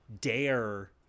dare